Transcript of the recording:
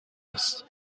است